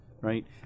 right